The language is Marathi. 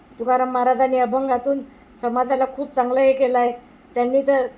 तुकाराम महाराजांनी अभंगातून समाजाला खूप चांगला हे केला आहे त्यांनी जर